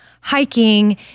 hiking